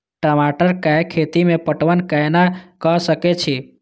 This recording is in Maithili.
टमाटर कै खैती में पटवन कैना क सके छी?